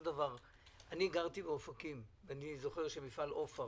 אני מקדם בברכה את שר האוצר ישראל כץ.